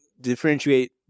differentiate